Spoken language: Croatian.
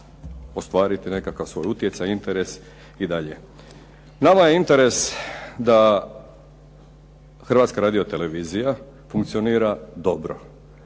ostvariti nekakav svoj utjecaj, interes i dalje. Nama je interes da Hrvatska radiotelevizija funkcionira dobro.